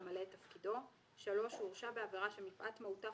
למלא את תפקידו; (3) הוא הורשע בעבירה שמפאת מהותה,